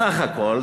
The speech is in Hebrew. בסך הכול,